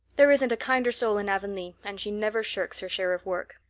there isn't a kinder soul in avonlea and she never shirks her share of work.